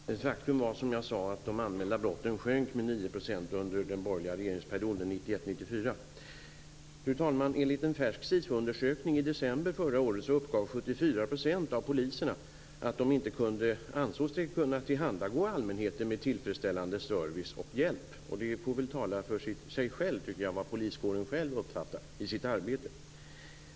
Fru talman! Nej, faktum är, som jag sade, att de anmälda brotten sjönk med 9 % under den borgerliga regeringsperioden 1991-1994. Fru talman! Enligt en färsk SIFO-undersökning i december förra året uppgav 74 % av poliserna att de inte ansåg sig kunna tillhandagå allmänheten med tillfredsställande service och hjälp. Vad poliskåren själv uppfattar om sitt arbete får väl också tala för sig självt.